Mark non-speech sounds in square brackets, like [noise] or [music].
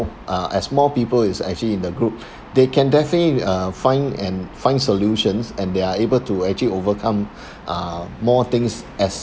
uh as more people is actually in the group [breath] they can definitely uh find and find solutions and they are able to actually overcome [breath] uh more things as